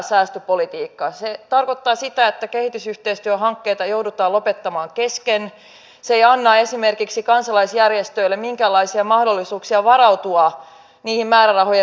on sopeutettava meidän talouttamme on tehtävä niitä ikäviä leikkauksia ja niin edelleen jotta tätä taloutta tasapainoon saataisiin